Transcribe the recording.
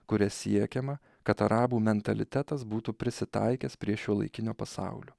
kuria siekiama kad arabų mentalitetas būtų prisitaikęs prie šiuolaikinio pasaulio